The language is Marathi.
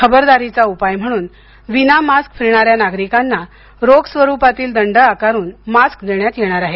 खबरदारीचा उपाय म्हणून विना मास्क फिरणाऱ्या नागरिकांना रोख स्वरूपातील दंड आकारून मास्क देण्यात येणार आहेत